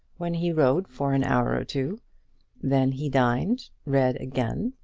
when he rode for an hour or two then he dined, read again,